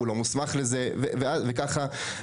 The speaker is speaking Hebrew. הוא לא מוסמך לזה' וכך,